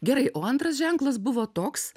gerai o antras ženklas buvo toks